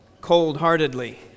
cold-heartedly